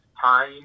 time